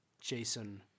Jason